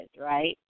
right